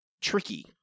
tricky